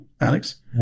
Alex